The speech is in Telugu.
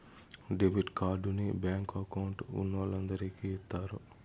డెబిట్ కార్డుని బ్యాంకు అకౌంట్ ఉన్నోలందరికి ఇత్తారు